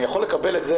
אני יכול לקבל את זה